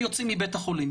אנחנו יצאנו למחקר,